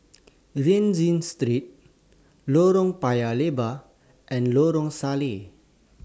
Rienzi Street Lorong Paya Lebar and Lorong Salleh